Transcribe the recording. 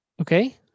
Okay